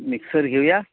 mixer घेऊया